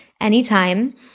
anytime